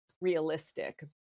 realistic